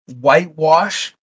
whitewash